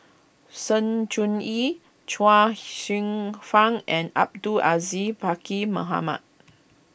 Sng Choon Yee Chuang Hsueh Fang and Abdul Aziz Pakkeer Mohamed